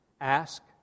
Ask